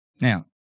Now